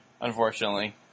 unfortunately